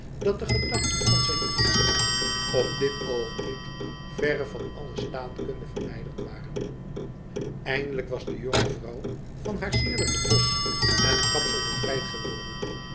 dat de gedachten van zijn elizabeth op dit oogenblik verre van alle staatkunde verwijderd waren eindelijk was de jonge vrouw van haar cierlijken jacob van lennep elizabeth musch dosch en kapsel bevrijd geworden